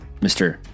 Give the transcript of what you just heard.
Mr